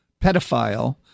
pedophile